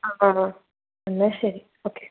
ആ എന്നാൽ ശരി ഓക്കേ